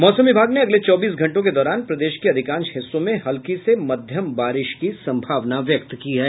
मौसम विभाग ने अगले चौबीस घंटों के दौरान प्रदेश के अधिकांश हिस्सों में हल्की से मध्यम बारिश की संभावना व्यक्त की है